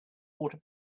water